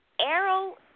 Arrow